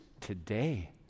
today